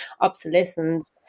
obsolescence